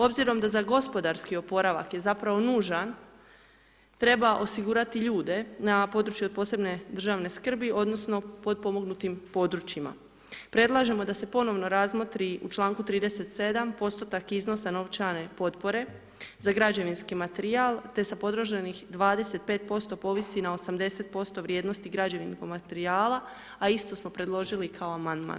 Obzirom da za gospodarski oporavak je zapravo nužan treba osigurati ljude na području od posebne državne skrbi odnosno potpomognutim područjima, predlažemo da se ponovno razmotri u članku 37. postotak iznosa novčane potpore, za građevinski materijal te sa potrošenih 25% povisi na 80% vrijednosti građevinskog materijala, a isto smo predložili kao amandman.